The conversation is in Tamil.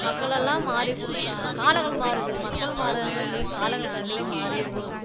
மக்களெல்லாம் மாறி காலங்கள் மாறுது மக்கள் மாறுகிறாங்களோ இல்லையோ காலங்கள் கண்டிப்பாக மாறியேப்போகுது